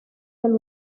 del